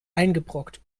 eingebrockt